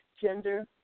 gender